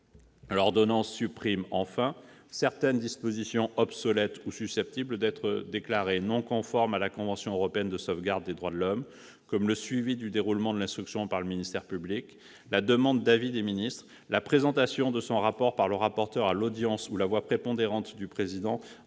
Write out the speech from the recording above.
L'ordonnance supprime, enfin, certaines dispositions obsolètes ou susceptibles d'être déclarées non conformes à la convention européenne de sauvegarde des droits de l'homme et des libertés fondamentales, comme le suivi du déroulement de l'instruction par le ministère public, la demande d'avis des ministres, la présentation de son rapport par le rapporteur à l'audience ou la voix prépondérante du président